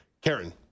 Karen